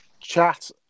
chat